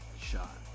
shot